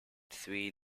three